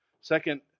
second